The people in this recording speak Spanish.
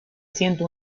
siento